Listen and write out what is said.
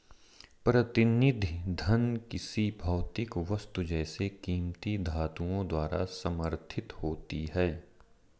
प्रतिनिधि धन किसी भौतिक वस्तु जैसे कीमती धातुओं द्वारा समर्थित होती है